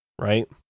right